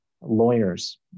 lawyers